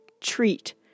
treat